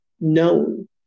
known